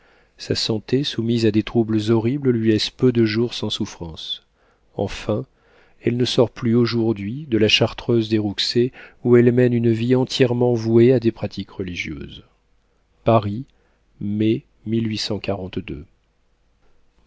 sa santé soumise à des troubles horribles lui laisse peu de jours sans souffrance enfin elle ne sort plus aujourd'hui de la chartreuse des rouxey où elle mène une vie entièrement vouée à des pratiques religieuses paris mai